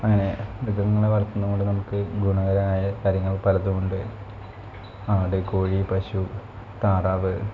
അങ്ങനെ മൃഗങ്ങളെ വളർത്തുന്നത് കൊണ്ട് നമുക്ക് ഗുണകരായ കാര്യങ്ങൾ പലതുമുണ്ട് ആട് കോഴി പശു താറാവ്